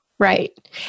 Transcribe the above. Right